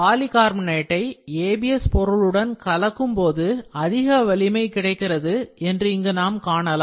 பாலிகார்பனேட்டை ABS பொருளுடன் கலக்கும் போது அதிக வலிமை கிடைக்கிறது என்று இங்கு நாம் காணலாம்